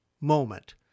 moment